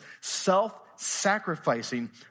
self-sacrificing